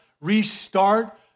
restart